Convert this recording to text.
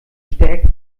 stärkt